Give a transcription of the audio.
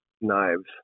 knives